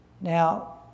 Now